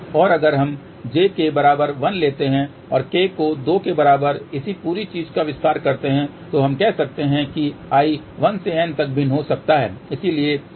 और अगर हम j के बराबर 1 लेते हैं और k के 2 बराबर इस पूरी चीज़ का विस्तार करते हैं तो हम कह सकते हैं कि i 1 से N तक भिन्न हो सकता हूँ